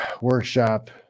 workshop